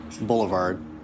Boulevard